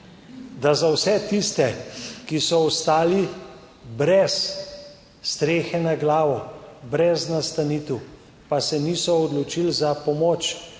Da za vse tiste, ki so ostali brez strehe nad glavo, brez nastanitev, pa se niso odločili za pomoč